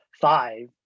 five